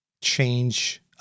change